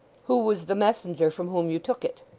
who was the messenger from whom you took it